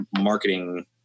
marketing